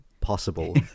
possible